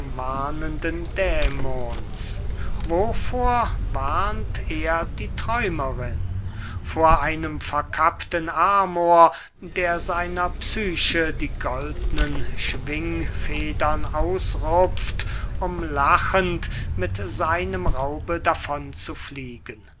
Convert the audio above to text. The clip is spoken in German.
warnenden dämons wovor warnt er die träumerin vor einem verkappten amor der seiner psyche die goldnen schwingfedern ausrupft um lachend mit seinem raube davon zu fliegen